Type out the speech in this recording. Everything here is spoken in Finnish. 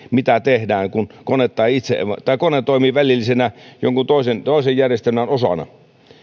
mitä tehdään kun kone toimii välillisesti jonkun toisen toisen järjestelmän osana